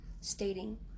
stating